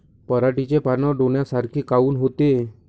पराटीचे पानं डोन्यासारखे काऊन होते?